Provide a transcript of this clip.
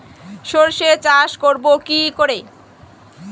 সর্ষে চাষ করব কি করে?